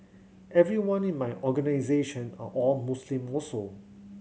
everyone in my organisation are all Muslim also